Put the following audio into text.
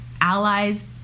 allies